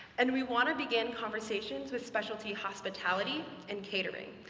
and we want to begin conversations with specialty hospitality and catering.